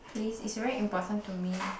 please is very important to me